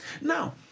Now